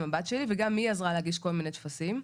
הבת שלי וגם היא עזרה להגיש כל מיני טפסים.